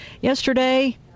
Yesterday